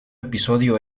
episodio